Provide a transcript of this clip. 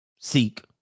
seek